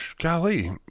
golly